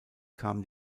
kam